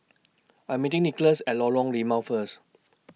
I Am meeting Nikolas At Lorong Limau First